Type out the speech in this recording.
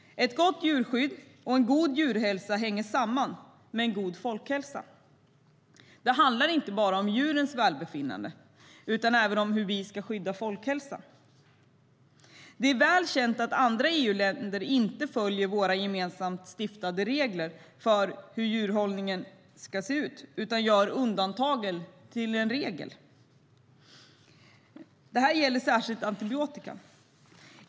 Ett gott djurskydd och en god djurhälsa hänger samman med en god folkhälsa. Det handlar inte bara om djurens välbefinnande utan även om hur vi ska skydda folkhälsan. Det är väl känt att andra EU-länder inte följer våra gemensamt stiftade regler för hur djurhållningen ska se ut utan gör undantagen till regel. Det gäller särskilt antibiotika.